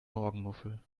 morgenmuffel